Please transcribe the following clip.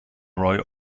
roy